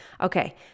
okay